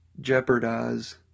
jeopardize